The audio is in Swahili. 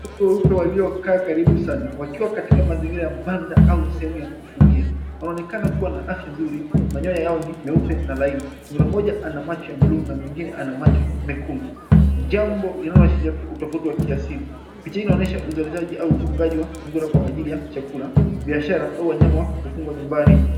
Sungura weupe waliokaa karibu sana, wakiwa katika mazingira ya banda, au sehemu ya kufugia. Wanaonekana kuwa na afya nzuri, na manyonya yao ni meupe, na laini. Sungura mmoja ana macho ya blue , na mwingine ana macho mekundu, jambo linaloashiria utofauti wa kiasili. Picha hii inaonyesha uzalishaji, au ufugaji wa sungura kwa ajili ya chakula, biashara, au wanyama wa kufugwa nyumbani.